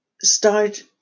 start